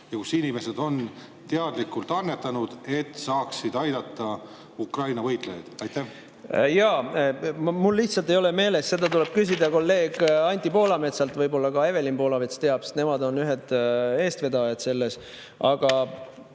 ja mida inimesed on teadlikult annetanud, et aidata Ukraina võitlejaid? Jaa. Mul lihtsalt ei ole meeles. Seda tuleb küsida kolleeg Anti Poolametsalt, võib-olla ka Evelin Poolamets teab, sest nemad on ühed eestvedajad. Aga